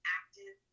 active